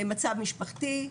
מצב משפחתי,